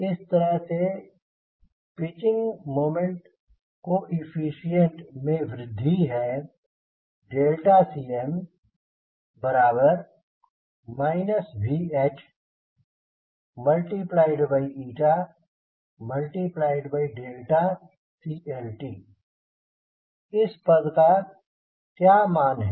इस तरह से पिचिंग मोमेंट कोएफ़िशिएंट में वृद्धि है Cm V H CLt इस पद का क्या मान है